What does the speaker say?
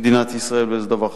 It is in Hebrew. במדינת ישראל, וזה דבר חשוב.